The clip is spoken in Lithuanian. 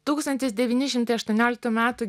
tūkstantis devyni šimtai aštuonioliktų metų